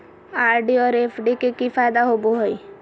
RD और FD के की फायदा होबो हइ?